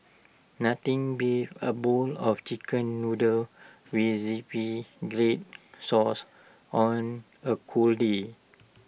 nothing beats A bowl of Chicken Noodles with Zingy Red Sauce on A cold day